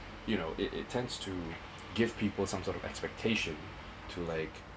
you know it it tends to give people some sort of expectation to like